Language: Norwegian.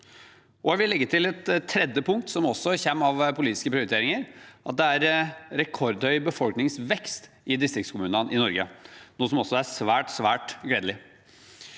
Jeg vil også legge til et tredje punkt, som kommer av politiske prioriteringer, og det er at det er rekordhøy befolkningsvekst i distriktskommunene i Norge, noe som er svært, svært gledelig.